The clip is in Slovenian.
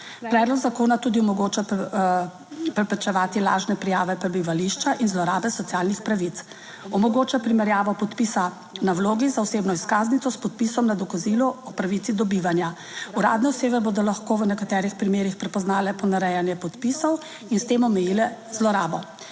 Predlog zakona tudi omogoča preprečevati lažne prijave prebivališča in zlorabe socialnih pravic. Omogoča primerjavo podpisa na vlogi za osebno izkaznico s podpisom na dokazilo o pravici do bivanja. Uradne osebe bodo lahko v nekaterih primerih prepoznale ponarejanje podpisov in s tem omejile zlorabo.